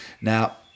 now